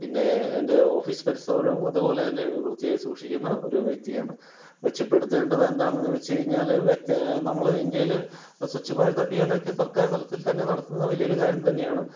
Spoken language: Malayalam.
പിന്നേ എൻ്റെ ഓഫീസ് പരിസരവും അതുപോലെ തന്നെ വൃത്തിയായി സൂക്ഷിക്കുന്ന ഒരു വ്യക്തിയാണ് മെച്ചപ്പെടുത്തേണ്ടത് എന്താണെന്ന് ചോദിച്ചു കഴിഞ്ഞാൽ വെക് നമ്മൾ ഇന്ത്യയിൽ സ്വച്ഛ് ഭാരത് അഭിയാനൊക്കെ സർക്കാർ തലത്തിൽ തന്നെ നടത്തുന്ന വലിയൊരു കാര്യം തന്നെയാണ്